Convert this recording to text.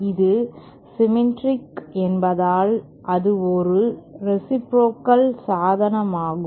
இது சிம்மெட்ட்ரிக் என்பதால் அது ஒரு ரேசிப்ரோகல் சாதனம் ஆகும்